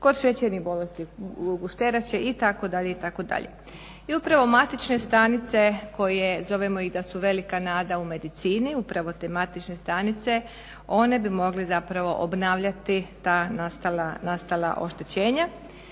kod šećernih bolesti gušterače itd., itd. I upravo matične stanice koje zovemo da su i velika nada u medicini upravo te matične stanice, one bi mogle zapravo obnavljati ta nastala oštećenja.